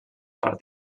per